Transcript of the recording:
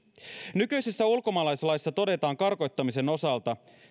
nykyisessä ulkomaalaislaissa todetaan karkottamisen osalta